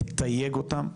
מתייג אותם.